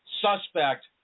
suspect